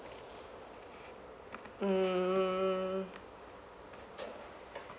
mm